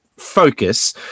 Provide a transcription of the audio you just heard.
focus